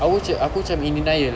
aku cam aku cam in denial